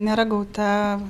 nėra gauta